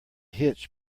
hitch